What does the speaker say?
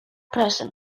present